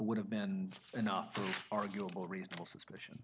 would have been enough arguable reasonable suspicion